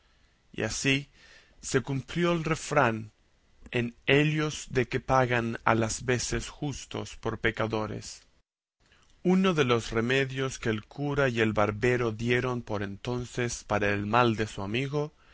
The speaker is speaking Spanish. y así se cumplió el refrán en ellos de que pagan a las veces justos por pecadores uno de los remedios que el cura y el barbero dieron por entonces para el mal de su amigo